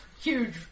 Huge